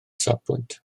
safbwynt